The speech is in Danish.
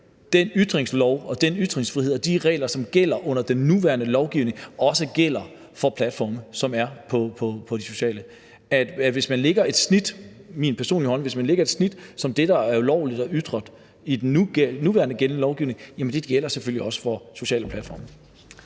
den ytringslov og den ytringsfrihed og de regler, som gælder under den nuværende lovgivning, også gælder for platforme, som er sociale – at hvis man lægger et snit, som er magen til det, der er ulovligt at ytre i den nuværende lovgivning, gælder det selvfølgelig også for sociale platforme.